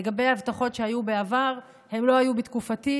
לגבי הבטחות שהיו בעבר, הן לא היו בתקופתי.